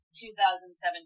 2017